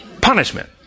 punishment